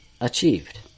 Achieved